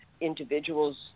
individuals